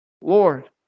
Lord